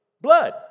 blood